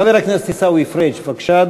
חבר הכנסת עיסאווי פריג' בבקשה,